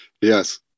Yes